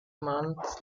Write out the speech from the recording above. months